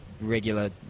regular